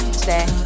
today